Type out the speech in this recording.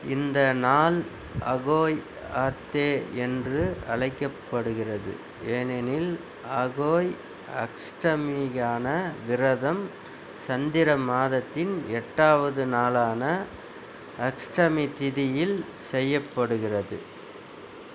இந்த நாள் அகோய் ஆத்தே என்று அழைக்கப்படுகிறது ஏனெனில் அகோய் அஷ்டமிக்கான விரதம் சந்திர மாதத்தின் எட்டாவது நாளான அஷ்டமி திதியில் செய்யப்படுகிறது